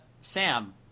Sam